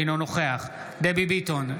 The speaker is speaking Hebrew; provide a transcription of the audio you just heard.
אינו נוכח דבי ביטון,